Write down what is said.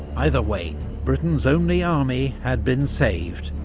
either way, britain's only army had been saved,